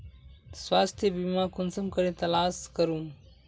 स्वास्थ्य बीमा कुंसम करे तलाश करूम?